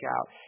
out